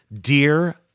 Dear